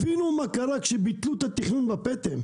הבינו מה קרה כשביטלו את התכנון בפטם.